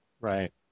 Right